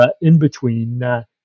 in-between